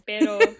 pero